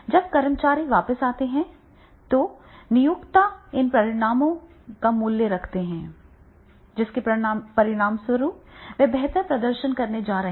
जब कर्मचारी वापस आते हैं तो नियोक्ता इन परिणामों का मूल्य रखते हैं जिसके परिणामस्वरूप वे बेहतर प्रदर्शन करने जा रहे हैं